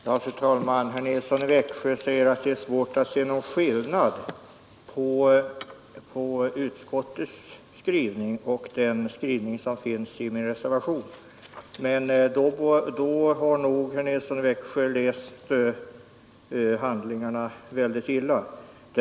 Fru talman! Herr Nilsson i Växjö säger att det är svårt att se någon skillnad på utskottets skrivning och den skrivning som finns i min reservation, men då har nog herr Nilsson läst handlingarna väldigt illa.